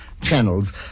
Channels